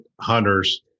hunters